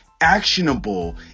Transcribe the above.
actionable